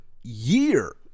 year